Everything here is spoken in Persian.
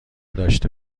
داشته